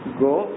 go